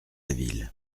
ville